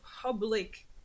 public